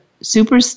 super